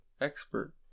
expert